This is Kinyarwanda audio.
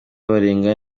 barenga